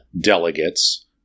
delegates